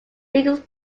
biggest